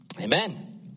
amen